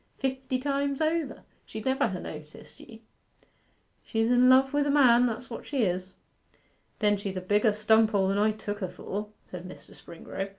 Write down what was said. fifty times over she'd never ha' noticed ye. she's in love wi' the man, that's what she is then she's a bigger stunpoll than i took her for said mr. springrove.